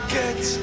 get